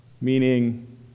Meaning